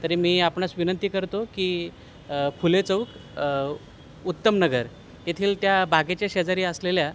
तरी मी आपणास विनंती करतो की फुले चौक उत्तमनगर येथील त्या बागेच्या शेजारी असलेल्या